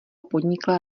podnikla